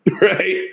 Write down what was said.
right